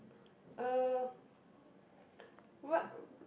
uh what